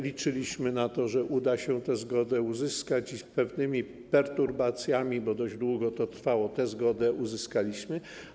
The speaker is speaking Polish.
Liczyliśmy na to, że uda się tę zgodę uzyskać, i z pewnymi perturbacjami, bo dość długo to trwało, ją uzyskaliśmy.